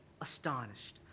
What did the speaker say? astonished